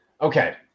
Okay